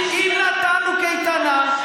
אם נתנו קייטנה,